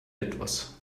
etwas